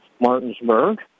Martinsburg